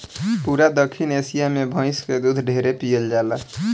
पूरा दखिन एशिया मे भइस के दूध ढेरे पियल जाला